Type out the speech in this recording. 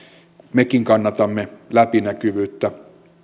mekin kannatamme läpinäkyvyyttä